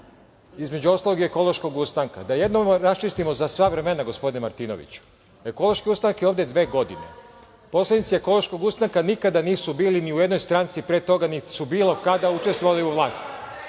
između ostalog i „ekološkog ustanka“. Da jednom raščistimo za sva vremena gospodine Martinoviću.„Ekološki ustanak“ je ovde dve godine. Poslanici „ekološkog ustanka“ nikada nisu bili ni u jednoj stranci pre toga, niti su bilo kada učestvovali u vlasti.